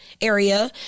area